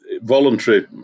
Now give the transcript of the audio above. voluntary